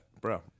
bro